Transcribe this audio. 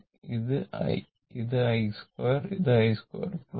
ഇത് i ഇത് i2 ഇത് i2 പ്ലോട്ട്